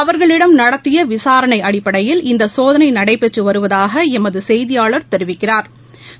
அவர்களிடம் நடத்தியவிசாரணைஅடிப்படையில் இந்தசோதனைநடைபெற்றுவருவதாகஎமதுசெய்தியாளா் தெரிவிக்கிறாா்